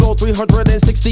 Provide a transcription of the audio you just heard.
360